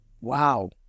wow